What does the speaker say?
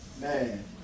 Man